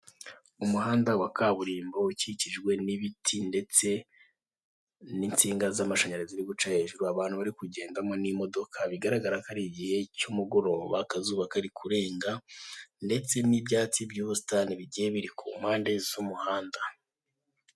Umuhanda wa kaburimbo ukikijwe n'ibiti, ndetse n'insinga z'amashanyarazi ziri guca hejuru, abantu bari kuwugendamo n'imodoka, bigaragaza ko ari igihe cy'umugoroba akazuba kari kurenga ndetse n'ibyatsi by'ubusitani bigiye biri ku mpande z'umuhanda.